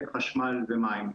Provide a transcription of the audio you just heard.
חשמל ומים.